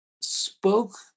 spoke